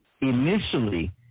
initially